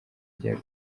rya